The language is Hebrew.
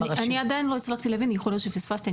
אני עדיין לא הצלחתי להבין - ויכול להיות שפספסתי.